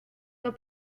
the